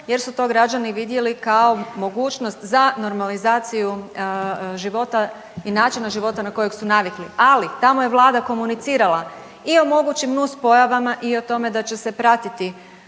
jer su to građani vidjeli kao mogućnost za normalizaciju života i načina života na kojeg su navikli. Ali tamo je Vlada komunicirala i o mogućim nuspojavama i o tome da će se pratiti